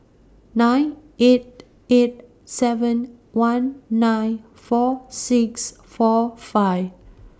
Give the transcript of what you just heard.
nine eight eight seven one nine four six four five